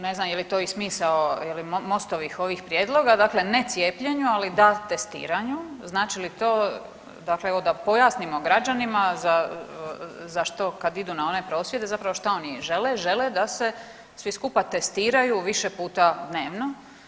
Ne znam je li to i smisao je li Mostovih ovih prijedloga, dakle ne cijepljenju, ali da testiranju, znači li to, dakle evo da pojasnimo građanima za, za što kad idu na one prosvjede zapravo šta oni žele, žele da se svi skupa testiraju više puta dnevno.